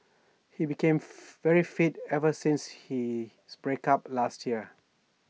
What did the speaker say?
he became very fit ever since his break up last year